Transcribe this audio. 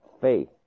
faith